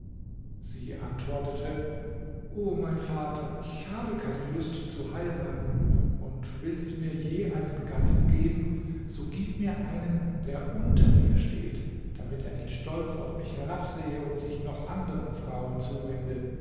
sie antwortete o mein vater ich habe keine lust zu heiraten und willst du mir je einen gatten geben so gib mir einen der unter mir steht damit er nicht stolz auf mich herabsehe und sich noch anderen frauen zuwende